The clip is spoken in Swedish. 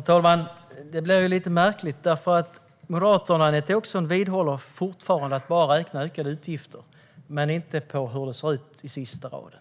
Herr talman! Detta blir lite märkligt, för Moderaterna och Anette Åkesson vidhåller fortfarande att det bara är ökade utgifter som ska räknas, inte hur det ser ut på sista raden.